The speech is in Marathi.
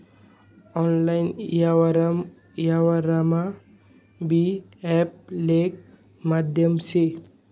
आनलाईन व्यवहारमा भीम ऑप येक माध्यम से